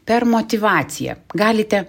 per motyvaciją galite